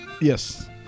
Yes